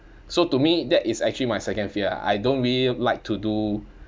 so to me that is actually my second fear ah I don't really like to do